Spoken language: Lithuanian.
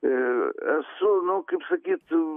esu nu kaip sakyt